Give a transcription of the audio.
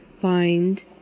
find